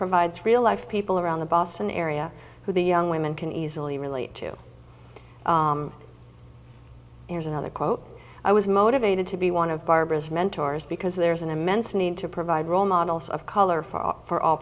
provides real life people around the boston area who the young women can easily relate to here's another quote i was motivated to be one of barbara's mentors because there is an immense need to provide role models of color for all